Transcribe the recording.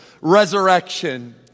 resurrection